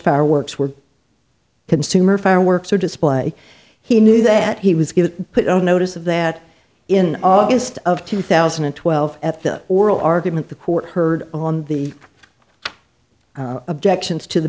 fireworks were consumer fireworks display he knew that he was put on notice of that in august of two thousand and twelve at the oral argument the court heard on the objections to the